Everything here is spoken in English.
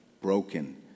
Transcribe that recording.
broken